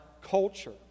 culture